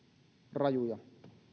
rajuja